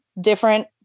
different